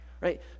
Right